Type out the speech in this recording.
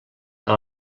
que